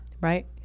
Right